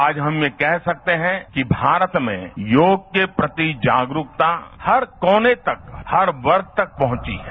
आज हम यह कह सकते हैं कि भारत में योग के प्रति जागरूकता हर कोने तक हर वर्ण तक पहुंची है